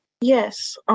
Yes